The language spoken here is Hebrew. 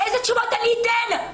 אילו תשובות אני אתן?